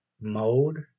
mode